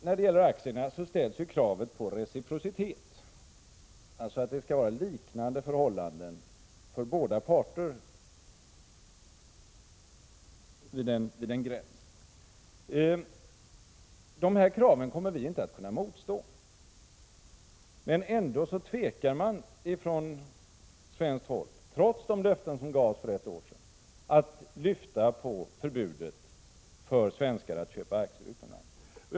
När det gäller aktierna ställs kravet på reciprocitet, alltså att det skall vara liknande förhållanden för båda parter vid en gräns. Det kravet kommer vi inte att kunna motstå. Ändå tvekar man från svenskt håll, trots ett löfte som gavs för ett år sedan, att lyfta på förbudet för svenskar att köpa aktier utomlands.